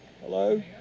Hello